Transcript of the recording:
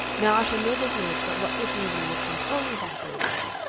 now i shall never hear it but what this evening will come pouring back over me.